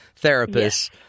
therapists